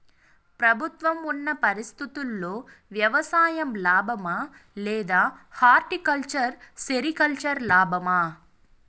ప్రస్తుతం ఉన్న పరిస్థితుల్లో వ్యవసాయం లాభమా? లేదా హార్టికల్చర్, సెరికల్చర్ లాభమా?